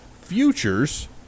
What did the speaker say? Futures